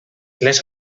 les